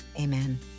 Amen